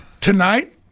tonight